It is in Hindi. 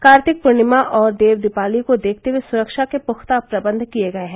कार्तिक पूर्णिमा और देव दीपावली को देखते हुए सुरक्षा के पुख्ता प्रबंध किए गए हैं